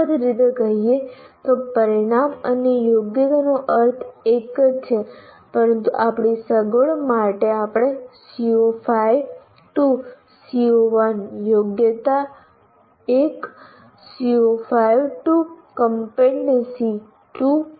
સખત રીતે કહીએ તો પરિણામ અને યોગ્યતાનો અર્થ એક જ છે પરંતુ આપણી સગવડ માટે આપણે CO5 C1 યોગ્યતા 1 CO5 Competency 2